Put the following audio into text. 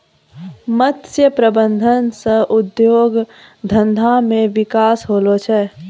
मत्स्य प्रबंधन सह उद्योग धंधा मे बिकास होलो छै